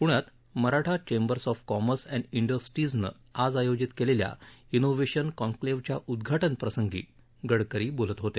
प्ण्यात Maratha chambers of commerce अप्टड इंडस्ट्रीजनं आज आयोजित केलेल्या इनोव्हेशन कॉन्क्लेवच्या उदधाटनप्रसंगी गडकरी बोलत होते